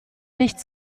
nicht